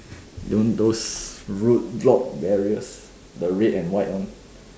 know those road block barriers the red and white one